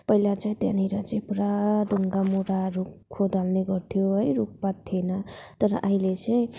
पहिला चाहिँ त्यहाँनिर चाहिँ पुरा ढुङ्गामुढाहरू खोदाल्ने गर्थ्यो है रुखपात थिएन तर अहिले चाहिँ